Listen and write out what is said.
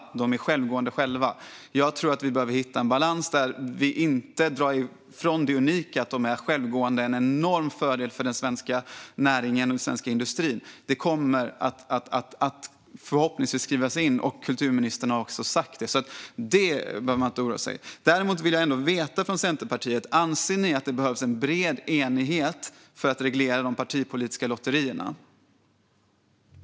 De är självgående. Jag tror att vi behöver hitta en balans där vi inte drar ifrån det unika i att de är självgående, för detta är en enorm fördel för den svenska näringen och den svenska industrin. Det kommer alltså förhoppningsvis att skrivas in, och kulturministern har också sagt detta. Det behöver man inte oroa sig för. Däremot vill jag veta om Centerpartiet anser att det behövs en bred enighet för att reglera de partipolitiska lotterierna.